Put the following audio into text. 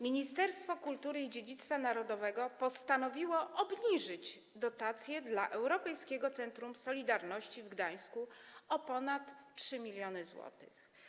Ministerstwo Kultury i Dziedzictwa Narodowego postanowiło obniżyć dotację dla Europejskiego Centrum Solidarności w Gdańsku o ponad 3 mln zł.